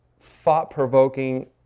thought-provoking